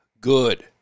good